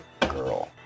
girl